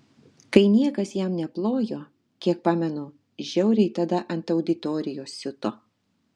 kai niekas jam neplojo kiek pamenu žiauriai tada ant auditorijos siuto